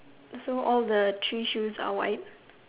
so all the three shoes are white